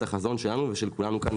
מה השירות שאתם מספקים?